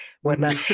whatnot